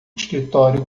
escritório